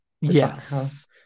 yes